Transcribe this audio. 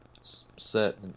set